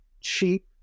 cheap